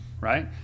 right